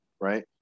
right